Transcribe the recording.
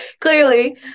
clearly